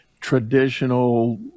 traditional